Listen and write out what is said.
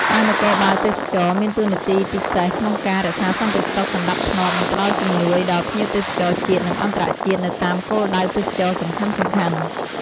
បើនគរបាលទេសចរណ៍ មានតួនាទីពិសេសក្នុងការ រក្សាសន្តិសុខ សណ្ដាប់ធ្នាប់ និងផ្ដល់ជំនួយដល់ភ្ញៀវទេសចរណ៍ ជាតិ និងអន្តរជាតិនៅតាមគោលដៅទេសចរណ៍សំខាន់ៗ។